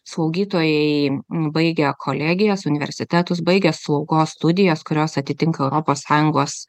slaugytojai baigę kolegijas universitetus baigę slaugos studijas kurios atitinka europos sąjungos